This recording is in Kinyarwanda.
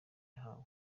yahawe